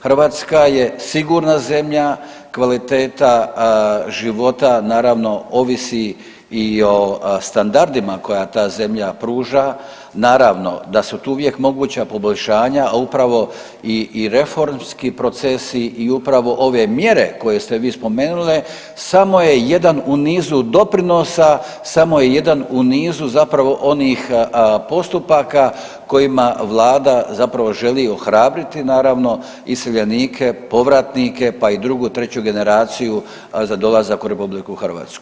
Hrvatska je sigurna zemlja, kvaliteta života naravno ovisi i o standardima koje ta zemlja pruža, naravno da su tu uvijek moguća poboljšanja, a upravo i reformski procesi i upravo ove mjere koje ste vi spomenuli samo je jedan u nizu doprinosa, samo je jedan u nizu zapravo onih postupaka kojima vlada zapravo želi ohrabriti naravno iseljenike, povratnike, pa i drugu treću generaciju za dolazak u RH.